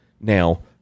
Now